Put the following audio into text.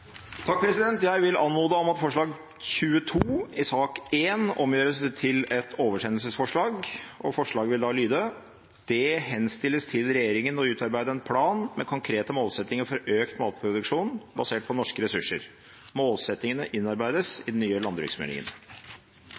vil anmode om at forslag nr. 22 i sak nr. 1 omgjøres til et oversendelsesforslag. Forslaget vil da lyde: «Det henstilles til regjeringen å utarbeide en plan med konkrete målsettinger for økt matproduksjon basert på norske ressurser. Målsettingene innarbeides i den nye